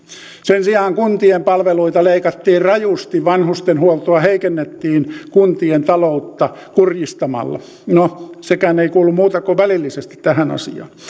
sen sijaan kuntien palveluita leikattiin rajusti vanhustenhuoltoa heikennettiin kuntien taloutta kurjistamalla no sekään ei kuulu muuten kuin välillisesti tähän asiaan